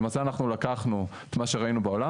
ולמעשה אנחנו לקחנו את מה שראינו בעולם